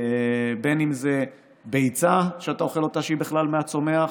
בין אם זו ביצה שאתה אוכל אותה שהיא בכלל מהצומח,